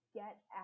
get